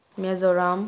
Mizoram